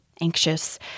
anxious